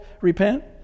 repent